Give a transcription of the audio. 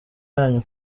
yanyu